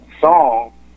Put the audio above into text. song